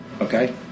Okay